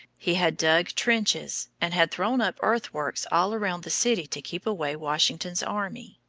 he had dug trenches, and had thrown up earth works all around the city to keep away washington's army.